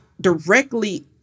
directly